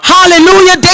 Hallelujah